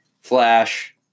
Flash